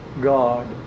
God